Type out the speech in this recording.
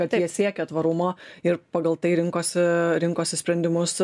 kad jie siekia tvarumo ir pagal tai rinkosi rinkosi sprendimus